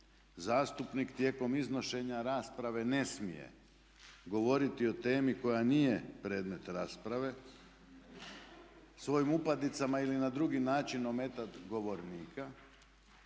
Zastupnik tijekom iznošenja rasprave ne smije govoriti o temi koja nije predmet rasprave, svojim upadicama ili na drugi način ometati govornika.